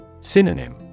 Synonym